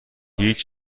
هیچ